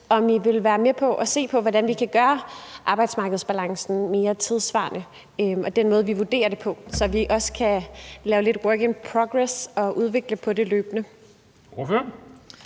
Vil I være med på at se på, hvordan vi kan gøre arbejdsmarkedsbalancen og den måde, vi vurderer den på, mere tidssvarende, så vi også kan lave lidt work in progress og udvikle det løbende? Kl.